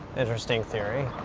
interesting theory.